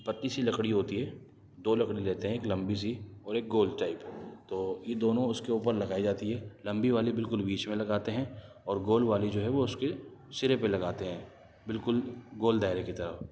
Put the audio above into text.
پتلی سی لکڑی ہوتی ہے دو لکڑی لیتے ہیں ایک لمبی سی اور ایک گول ٹائپ تو یہ دونوں اس کے اوپر لگائی جاتی ہے لمبی والی بالکل بیچ میں لگاتے ہیں اور گول والی جو ہے اس کے سرے پہ لگاتے ہیں بالکل گول دائرے کی طرح